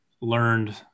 learned